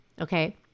Okay